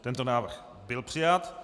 Tento návrh byl přijat.